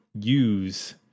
use